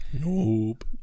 Nope